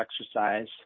exercise